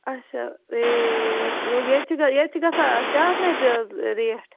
اَچھا ریٹ درٛۅگ ییٚتہِ چھُ ییٚتہِ چھُ گژھان شیٚے ہَتھ رۄپیہِ حظ ریٹ